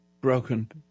broken